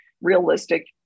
realistic